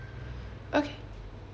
okay